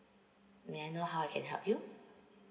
may I know how I can help you